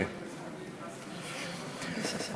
בבקשה.